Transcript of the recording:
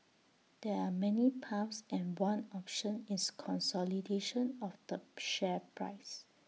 there are many paths and one option is consolidation of the share price